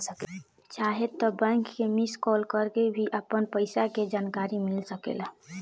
चाहे त बैंक के मिस कॉल करके भी अपन पईसा के जानकारी मिल सकेला